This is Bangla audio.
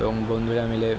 এবং বন্ধুরা মিলে